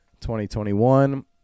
2021